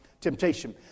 temptation